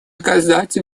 оказать